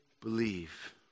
believe